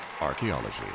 Archaeology